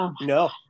No